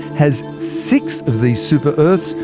has six of these super-earths,